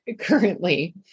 currently